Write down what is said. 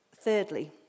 thirdly